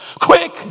Quick